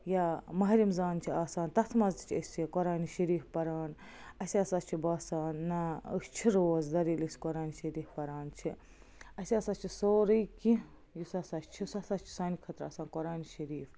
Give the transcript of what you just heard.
یا ماہِ رمضان چھِ آسان تَتھ منٛز تہِ چھِ أسۍ یہِ قرآنہِ شریٖف پَران اَسہِ ہَسا چھُ باسان نَہ أسۍ چھِ روزدَر ییٚلہِ أسۍ قرآن شریٖف پَران چھِ اَسہِ ہَسا چھِ سورٕے کیٚنٛہہ یُس ہَسا چھُ سُہ ہَسا چھِ سانہٕ خٲطرٕ آسان قرآنہِ شریٖف